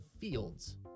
fields